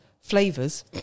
flavours